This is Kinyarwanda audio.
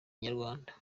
inyarwanda